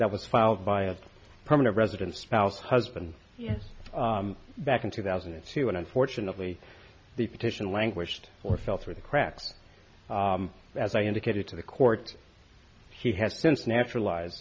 that was filed by a permanent resident spouse husband back in two thousand and two and unfortunately the petition languished or fell through the cracks as i indicated to the court he has since naturalized